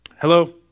Hello